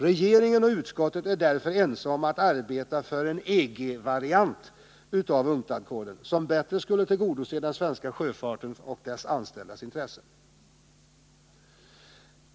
Regeringen och utskottsmajoriteten är därför överens om att arbeta för en EG-variant av UNCTAD-koden som bättre skulle tillgodose den svenska sjöfartens och dess anställdas intressen.